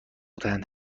دهند